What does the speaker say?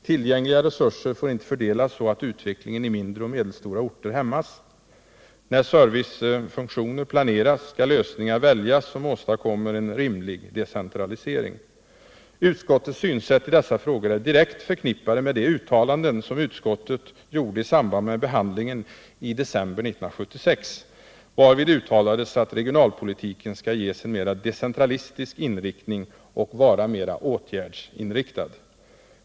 Tillgängliga resurser får inte fördelas så att utvecklingen i mindre och medelstora orter hämmas. När servicefunktioner planeras skall lösningar väljas som åstadkommer en rimlig decentralisering. Utskottets synsätt i dessa frågor är direkt förknippade med de uttalanden som utskottet gjorde i samband med behandlingen i december 1976, varvid uttalades att regionalpolitiken skall ges en mera decentralistisk inriktning och vara mera åtgärdsinriktad.